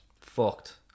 Fucked